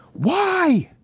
why?